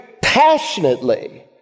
passionately